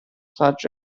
such